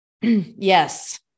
Yes